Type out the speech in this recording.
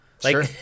Sure